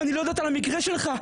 אני לא יודעת על המקרה שלך".